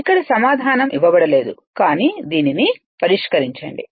ఇక్కడ సమాధానం ఇవ్వబడలేదు కానీ దీనిని పరిష్కరించండి